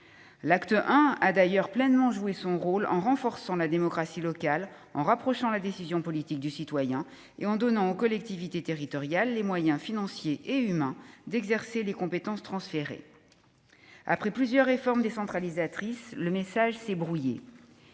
L'acte I a d'ailleurs pleinement joué son rôle en renforçant la démocratie locale, en rapprochant la décision politique du citoyen et en donnant aux collectivités territoriales les moyens financiers et humains d'exercer les compétences transférées. Toutefois, après plusieurs réformes décentralisatrices, le message s'est brouillé.